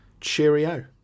cheerio